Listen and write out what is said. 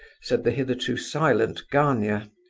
said the hitherto silent gania.